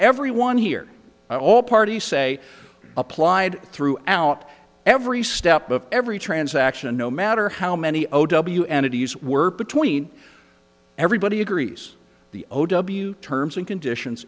everyone here and all parties say applied throughout every step of every transaction no matter how many o w entities were between everybody agrees the o w terms and conditions